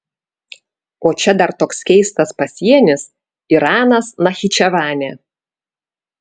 o čia dar toks keistas pasienis iranas nachičevanė